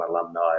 alumni